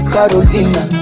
Carolina